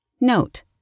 Note